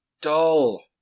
dull